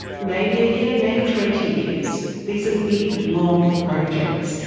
maybe a year, maybe twenty years. these are big, long projects,